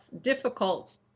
difficult